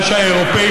מה שהאירופים,